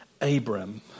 Abram